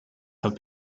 have